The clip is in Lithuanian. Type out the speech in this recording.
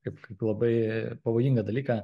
kaip kaip labai pavojingą dalyką